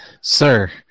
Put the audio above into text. Sir